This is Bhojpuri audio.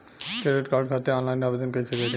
क्रेडिट कार्ड खातिर आनलाइन आवेदन कइसे करि?